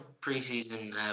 pre-season